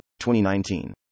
2019